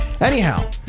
Anyhow